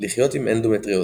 לחיות עם אנדומטריוזיס,